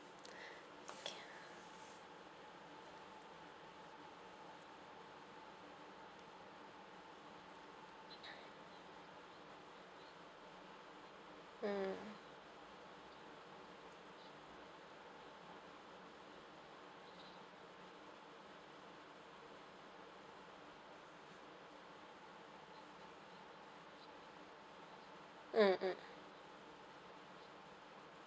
okay lah mm mm mm